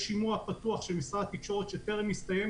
יש שימוע פתוח של משרד התקשורת שטרם הסתיים